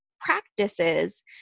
practices